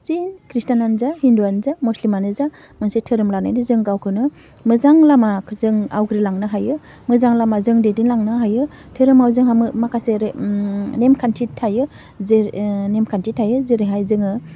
जे खृष्टानानो जा हिन्दुआनो जा मुस्लिमानो जा मोनसे धोरोम लानानै जों गावखौनो मोजां लामाखौ जों आवग्रिलांनो हायो मोजां लामाजों दैदेनलांनो हायो धोरोमाव जोंहा मो माखासे रे ओम माखासे नेमखान्थि थायो जेरै नेमखान्थि थायो जेरैहाय जोङो